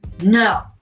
no